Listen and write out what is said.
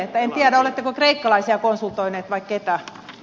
en tiedä oletteko kreikkalaisia konsultoineet vai ketä